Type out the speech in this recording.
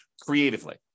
creatively